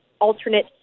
alternate